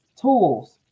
Tools